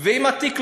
ואם התיק,